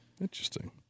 Interesting